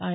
I